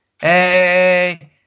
hey